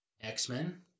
X-Men